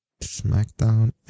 SmackDown